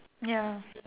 ya